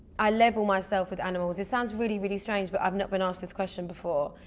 i level myself with animals. it sounds really really strange but i've not been asked this question before.